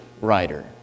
writer